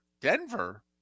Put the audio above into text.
Denver